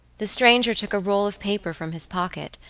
the stranger took a roll of paper from his pocket,